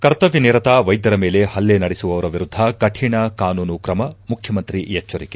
ಕರ್ತವ್ಯನಿರತ ವೈದ್ಯರ ಮೇಲೆನ ಹಲ್ಲೆ ನಡೆಸುವವರ ವಿರುದ್ದ ಕಠಿಣ ಕಾನೂನು ಕ್ರಮ ಮುಖ್ಯಮಂತ್ರಿ ಎಚ್ವರಿಕೆ